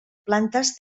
plantes